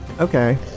Okay